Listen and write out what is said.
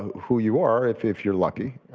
who you are if if you're lucky.